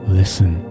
listen